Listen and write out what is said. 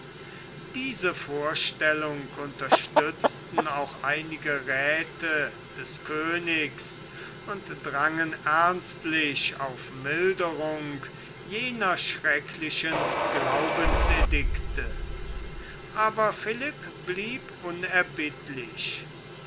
diese vorgeltung unterstützten auch einige räthe des königs und drangen ernstlich auf milderung jener schrecklichen glaubensedikte aber philipp blieb unerbittlich